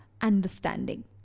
Understanding